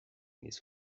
níos